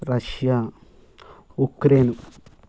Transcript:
Russia Ukraine